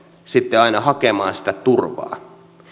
sitten aina hakemaan sitä turvaa